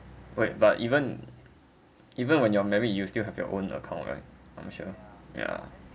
wait but even even when you're married you still have your own account right I'm sure yeah